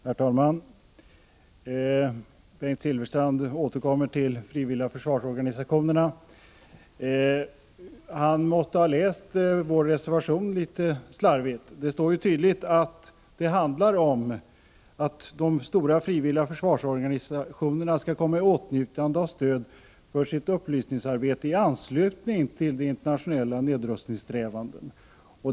Herr talman! Bengt Silfverstrand återkommer till de frivilliga försvarsorganisationerna. Han måste ha läst vår reservation slarvigt. Där står tydligt att det handlar om att de stora frivilliga försvarsorganisationerna skall komma i åtnjutande av stöd för sitt upplysningsarbete i anslutning till de internationella nedrustningssträvandena.